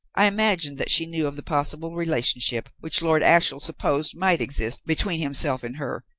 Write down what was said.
i imagined that she knew of the possible relationship which lord ashiel supposed might exist between himself and her,